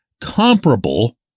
comparable